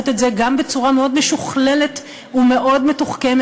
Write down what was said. את זה גם בצורה מאוד מאוד משוכללת ומאוד מתוחכמת,